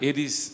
Eles